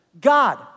God